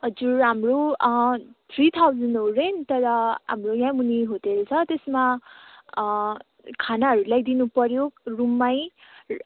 हजुर हाम्रो three thousand हो रेन्ट तर हाम्रो यहाँ मुनि होटल छ त्यसमा खानाहरू ल्याइदिनुपऱ्यो रुममै